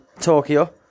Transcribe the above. Tokyo